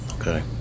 Okay